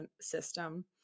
system